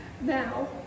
now